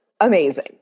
amazing